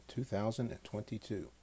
2022